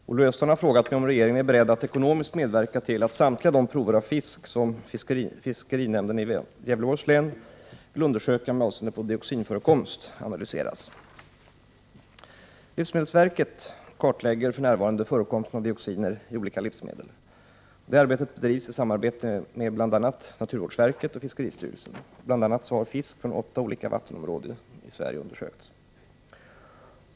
Herr talman! Olle Östrand har frågat mig om regeringen är beredd att ekonomiskt medverka till att samtliga de prover av fisk som fiskerinämnden i Gävleborgs län vill undersöka med avseende på dioxinförekomst analyseras. Livsmedelsverket kartlägger för närvarande förekomsten av dioxiner i olika livsmedel. Arbetet bedrivs i samarbete med bl.a. naturvårdsverket och fiskeristyrelsen. Bl.a. har fisk från åtta olika vattenområden i Sverige undersökts.